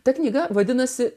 ta knyga vadinasi